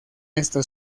esta